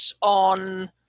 on